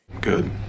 Good